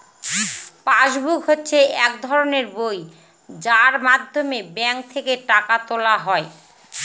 pass book হচ্ছে এক ধরনের বই যার মাধ্যমে ব্যাঙ্ক থেকে টাকা তোলা হয়